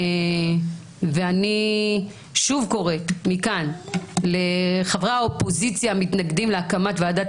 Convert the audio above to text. אני שוב קוראת מכאן לחברי האופוזיציה המתנגדים להקמת ועדת